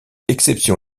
exception